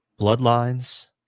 bloodlines